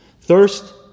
thirst